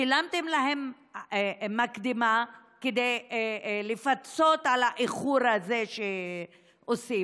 שילמתם להן מקדמה כדי לפצות על האיחור הזה שעושים.